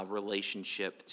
relationship